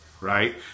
Right